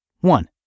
One